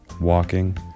walking